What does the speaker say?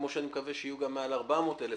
כמו שאני מקווה שיהיו גם מעל 400 אלף,